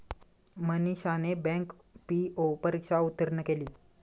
मनीषाने bank PO परीक्षा उत्तीर्ण केली